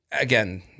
again